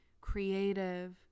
creative